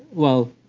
well,